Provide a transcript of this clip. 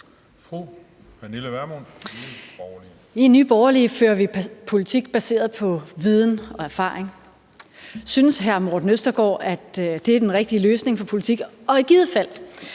I Nye Borgerlige fører vi politik baseret på viden og erfaring. Synes hr. Morten Østergaard, at det er den rigtige løsning i politik? Og i givet fald